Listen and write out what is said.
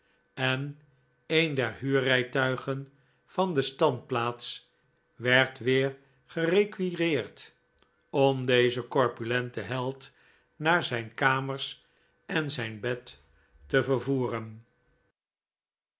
en een der huurrijtuigen van de standplaats werd weer gerequireerd om dezen corpulenten held naar zijn kamers en zijn bed te vervoeren